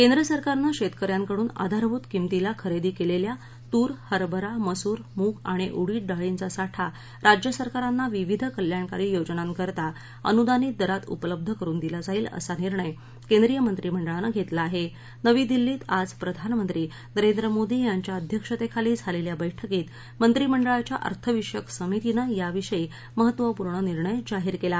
केंद्र सरकारनं शक्कि यांकडून आधारभूत किमतीला खरदी क्विव्धा तुर हरभरा मसूर मूग आणि उडीद डाळींचा साठा राज्यसरकारांना विविध कल्याणकारी योजनांकरता अनुदानित दरात उपलब्ध करुन दिला जाईल असा निर्णय केंद्रीय मंत्रिमंडळानं घत्तिम आहा मेवी दिल्लीत आज प्रधानमंत्री नरेंद्र मोदी यांच्या अध्यक्षतळीली झालख्या बैठकीत मंत्रिमंडळाच्या अर्थविषयक समितीनं याविषयी महत्त्वपूर्ण निर्णय जाहीर केला